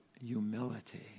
humility